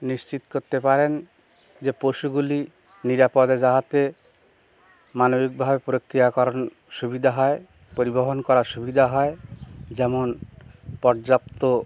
নিশ্চিত করতে পারেন যে পশুগুলি নিরাপদ জাগাতে মানবিকভাবে প্রক্রিয়াকরণ সুবিধা হয় পরিবহন করার সুবিধা হয় যেমন পর্যাপ্ত